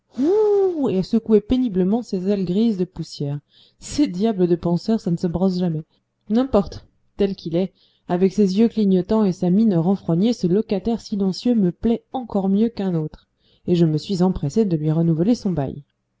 secouer péniblement ses ailes grises de poussière ces diables de penseurs ça ne se brosse jamais n'importe tel qu'il est avec ses yeux clignotants et sa mine renfrognée ce locataire silencieux me plaît encore mieux qu'un autre et je me suis empressé de lui renouveler son bail